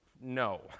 No